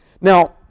Now